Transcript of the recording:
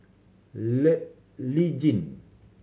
Lee Tjin